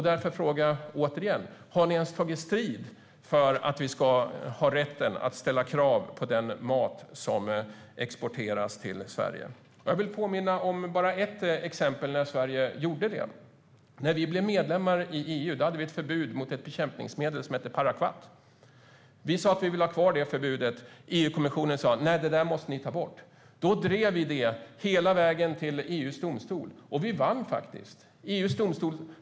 Därför frågar jag återigen: Har ni ens tagit strid för att vi ska ha rätt att ställa krav på den mat som exporteras till Sverige? Jag vill påminna om bara ett exempel när Sverige gjorde det. När vi blev medlem i EU hade vi ett förbud mot ett bekämpningsmedel som hette parakvat. Vi sa att vi ville ha kvar det förbudet, men EU-kommissionen sa att vi måste ta bort det. Då drev vi den frågan hela vägen till EU:s domstol, och vi vann faktiskt.